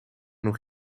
nog